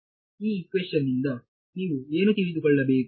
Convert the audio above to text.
ಈ ಇಕ್ವೇಶನ್ ದಿಂದ ನೀವು ಏನು ತಿಳಿದುಕೊಳ್ಳಬೇಕು